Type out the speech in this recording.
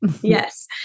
Yes